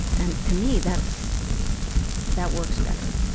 and to me that's that works better.